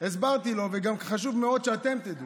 הסברתי לו, וגם חשוב מאוד שאתם תדעו,